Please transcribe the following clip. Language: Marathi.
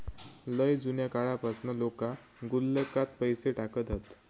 लय जुन्या काळापासना लोका गुल्लकात पैसे टाकत हत